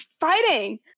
fighting